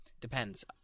Depends